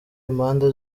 impande